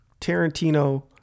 tarantino